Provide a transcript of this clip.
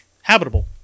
habitable